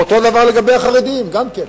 ואותו דבר לגבי החרדים, גם כאן.